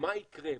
מה יקרה,